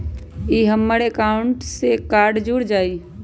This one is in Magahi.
ई हमर अकाउंट से कार्ड जुर जाई?